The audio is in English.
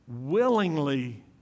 willingly